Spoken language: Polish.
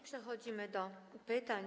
Przechodzimy do pytań.